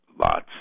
lots